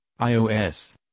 ios